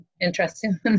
interesting